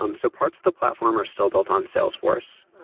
um so parts of the platform are still built on salesforce.